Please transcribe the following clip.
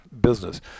business